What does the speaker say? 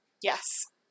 yes